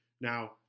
Now